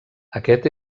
aquest